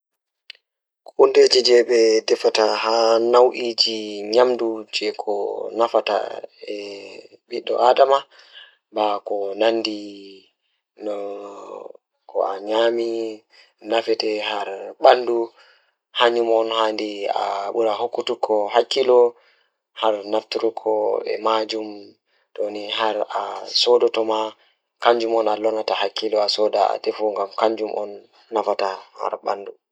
Humpito goɗɗo njarata e maytugol rewbe nden heɓa goɗɗe maaɗe rewde ɗi. Naɗude rewɓe ɗi heɗi haakiri waɗa hoore, ɗamre, wonnaande vitamiinji e feewde rewɓe ɗi. Naggude rewɓe waɗa ina heddora ɗum sabu rewɓe ɗum ngadi e nder ruuyoyi nden waɗa waɗa ɓooytaaji maaɗɓe. Ɓeɗɗude rewɓe waɗa waɗa rewde ɗum e kuugal tawa rewɓe ɗum waɗa waɗa moondol ngooroo ɗum waɗa waɗde.